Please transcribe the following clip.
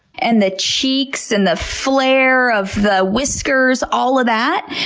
and the cheeks, and the flare of the whiskers, all of that.